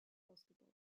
ausgebaut